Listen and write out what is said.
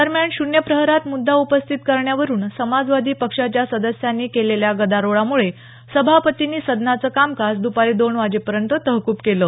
दरम्यान शून्य प्रहरात मुद्दा उपस्थित करण्यावरून समाजवादी पक्षाच्या सदस्यांनी केलेल्या गदारोळामुळे सभापतींनी सदनाचं कामकाज द्पारी दोन वाजेपर्यंत तहकूब केलं